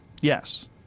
Yes